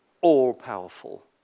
all-powerful